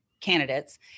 candidates